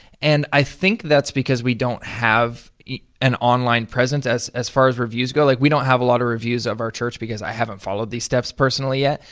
and i think that's because we don't have an online presence as as far as reviews go. like we don't have a lot of reviews of our church because i haven't followed these steps personally yet,